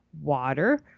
water